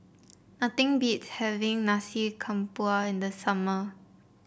nothing beats having Nasi Campur in the summer